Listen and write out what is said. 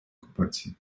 окупації